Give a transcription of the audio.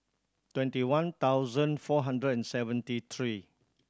twenty one thousand four hundred and seventy three